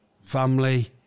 family